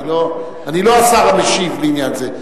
אני לא השר המשיב לעניין זה.